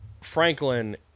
Franklin